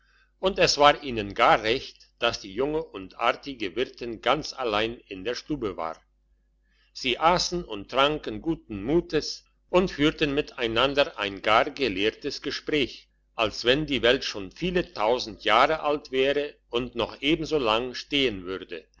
und es war ihnen gar recht dass die junge und artige wirtin ganz allein in der stube war sie assen und tranken guten mutes und führten miteinander ein gar gelehrtes gespräch als wenn die welt schon viele tausend jahre alt wäre und noch ebenso lang stehen würde